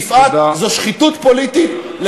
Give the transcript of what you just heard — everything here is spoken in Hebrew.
יפעת, זו שחיתות פוליטית.